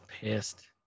pissed